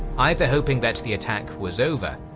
either hoping that the attack was over,